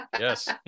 Yes